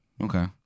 Okay